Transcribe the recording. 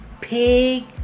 Pig